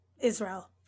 Israel